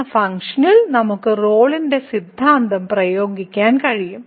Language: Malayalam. എന്ന ഫംഗ്ഷനിൽ നമുക്ക് റോളിന്റെ സിദ്ധാന്തം പ്രയോഗിക്കാൻ കഴിയും